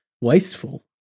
wasteful